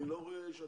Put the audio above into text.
אם